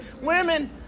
women